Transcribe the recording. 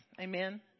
Amen